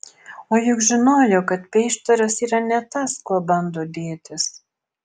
o juk žinojo kad peištaras yra ne tas kuo bando dėtis